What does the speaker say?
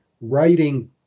writing